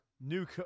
new